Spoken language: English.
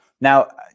Now